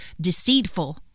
deceitful